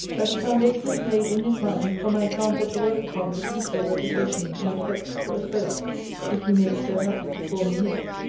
that a foundation is laid in his mind for my example to work upon with equal reputation and effect to us both if he may be so happy to call me his.